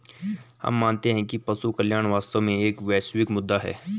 हम मानते हैं कि पशु कल्याण वास्तव में एक वैश्विक मुद्दा है